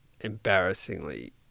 embarrassingly